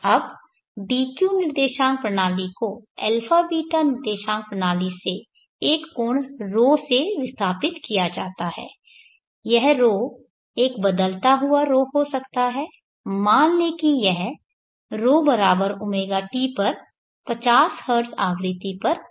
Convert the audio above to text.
अब dq निर्देशांक प्रणाली को αβ निर्देशांक प्रणाली से एक कोण ρ से विस्थापित किया जाता है यह ρ एक बदलता हुआ ρ हो सकता है मान लें कि यह ρ ωt पर 50 हर्ट्ज़ आवृत्ति पर बदल रहा है